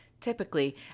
typically